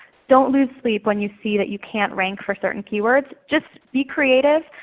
don't lose sleep when you see that you can't rank for certain keywords. just be creative.